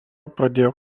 pradėjo